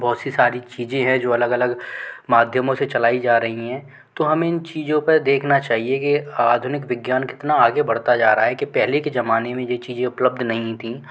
बहुत सी सारी चीज़ें है जो अलग अलग माध्यमों से चलाई जा रही हैं तो हम इन चीज़ों पर देखना चाहिए कि आधुनिक विज्ञान कितना आगे बढ़ता जा रहा है कि पहले के ज़माने में ये चीज़ें उपलब्ध नहीं थी